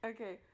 Okay